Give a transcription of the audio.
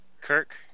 Kirk